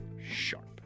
sharp